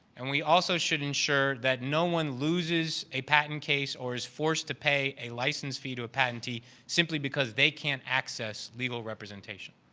and we also should ensure that no one looses a patent case or is forced to pay a license fee to patentee simply because they can't access legal representation.